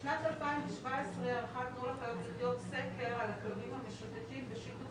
בשנת 2017 ערכה "תנו לחיות לחיות" סקר על הכלבים המשוטטים בשיתוף